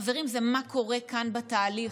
חברים, זה מה שקורה כאן בתהליך,